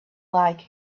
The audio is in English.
like